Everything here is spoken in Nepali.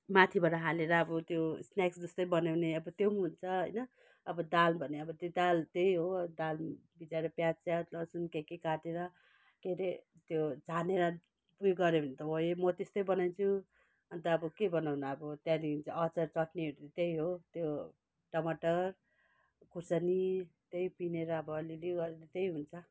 माथिबाट हालेर अब त्यो स्नेक्स जस्तै बनाउने अब त्यो हुन्छ होइन अब दाल भने अब त्यो दाल त्यही हो दाल भिजाएर प्याज स्याज लसुन के के काटेर के अरे त्यो झानेर उयो गर्यो भने त भयो म त्यस्तै बनाउँछु अन्त अब के बनाउनु अब त्यहाँदेखि चाहिँ अचार चट्नीहरू त्यही हो त्यो टमाटर खुर्सानी त्यही पिसेर अब अलि अलि गर्दा त्यही हुन्छ